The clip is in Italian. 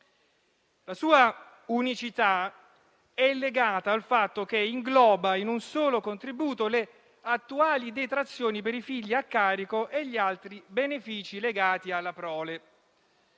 La sua unicità è legata al fatto che ingloba in un solo contributo le attuali detrazioni per i figli a carico e gli altri benefici legati alla prole.